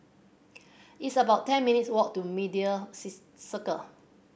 it's about ten minutes' walk to Media Circle